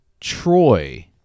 Troy